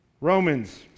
Romans